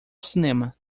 cinema